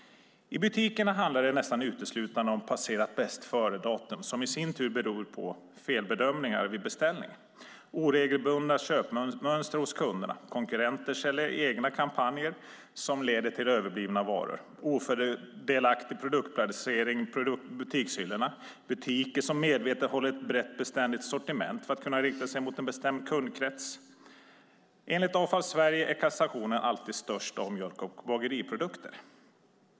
I butikerna handlar det nästan uteslutande om passerat bästföredatum, som i sin tur beror på felbedömningar vid beställningen, oregelbundna köpmönster hos kunderna, konkurrenters eller egna kampanjer som leder till överblivna varor, ofördelaktig produktplacering i butikshyllorna och butiker som medvetet håller ett brett beständigt sortiment för att kunna rikta sig mot en bestämd kundkrets. Enligt Avfall Sverige är kassationen alltid störst av mjölk och bageriprodukter.